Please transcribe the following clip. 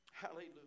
Hallelujah